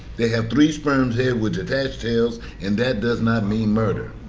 they have three sperm's head with detached tails and that does not mean murder.